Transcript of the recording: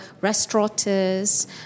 restaurateurs